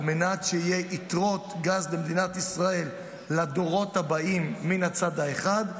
על מנת שיהיו יתרות גז למדינת ישראל לדורות הבאים מן הצד האחד,